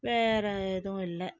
வேறே எதுவும் இல்லை